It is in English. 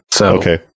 Okay